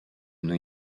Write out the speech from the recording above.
new